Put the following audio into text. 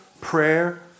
prayer